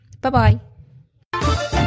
Bye-bye